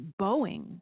boeing